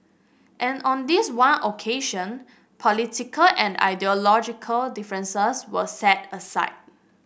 and on this one occasion political and ideological differences were set aside